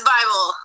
Bible